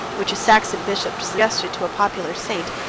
which a saxon bishop suggested to a popular saint,